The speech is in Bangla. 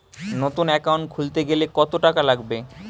নতুন একাউন্ট খুলতে গেলে কত টাকা লাগবে?